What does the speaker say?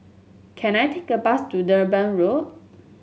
can I take a bus to Durban Road